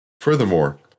furthermore